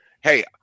hey